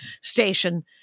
station